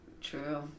True